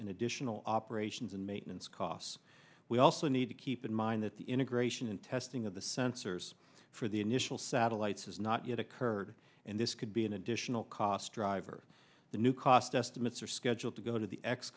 in additional operations and maintenance costs we also need to keep in mind that the integration and testing of the sensors for the initial satellites is not yet a heard and this could be an additional cost driver the new cost estimates are scheduled to go to the x